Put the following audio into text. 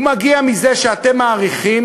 הוא מגיע מזה שאתם מעריכים